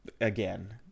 again